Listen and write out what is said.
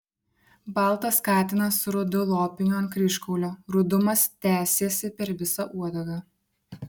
baltas katinas su rudu lopiniu ant kryžkaulio rudumas tęsėsi per visą uodegą